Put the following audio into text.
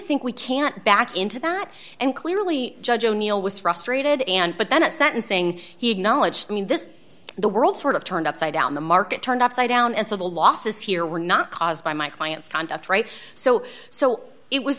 think we can't back into that and clearly judge o'neil was frustrated and but then at sentencing he acknowledged i mean this the world sort of turned upside down the market turned upside down and so the losses here were not caused by my clients conduct right so so it was